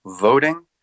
voting